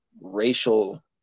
racial